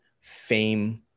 fame